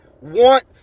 want